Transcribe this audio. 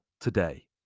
today